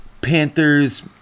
Panthers-